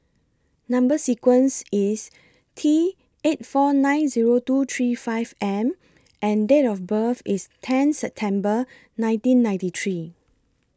Number sequence IS T eight four nine Zero two three five M and Date of birth IS tenth September nineteen ninety three